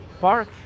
Park